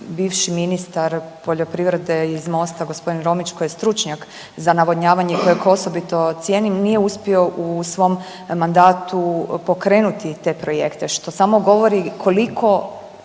bivši ministar poljoprivrede iz Mosta, g. Romić koji je stručnjak za navodnjavanje kojeg osobito cijenim, nije uspio u svom mandatu pokrenuti te projekte, što samo govori koliko